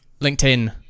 LinkedIn